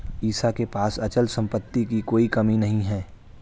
ईशा के पास अचल संपत्ति की कोई कमी नहीं है